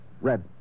Red